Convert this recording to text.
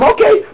Okay